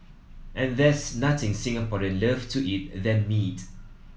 and there's nothing Singaporean love to eat than meat